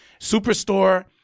Superstore